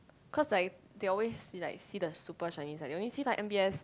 cause like they always see like see the super shiny side they only see like M_B_S